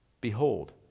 Behold